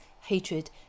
hatred